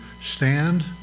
stand